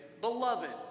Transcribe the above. Beloved